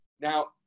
Now